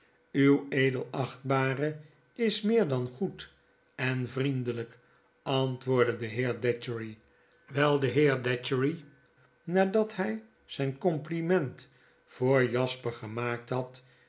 uw edelachtbare is meer dan goed en vriendelyk antwoordde de heer datchery wyl de heer datchery nadat hy zyn compliment voor jasper gemaakt had